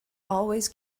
always